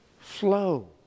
flow